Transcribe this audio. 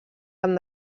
van